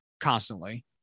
constantly